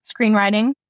screenwriting